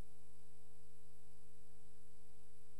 כ"ג באדר ב' התשע"א,